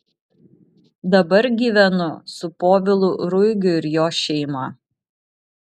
dabar gyvenu su povilu ruigiu ir jo šeima